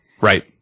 right